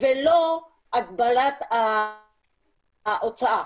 ולא הגדלת ההוצאה.